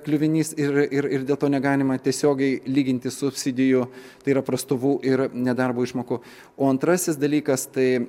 kliuvinys ir ir ir dėl to negalima tiesiogiai lyginti subsidijų tai yra prastovų ir nedarbo išmokų o antrasis dalykas tai